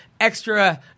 Extra